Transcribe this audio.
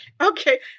okay